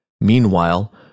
Meanwhile